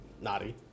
Naughty